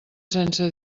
sense